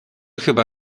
chyba